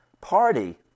Party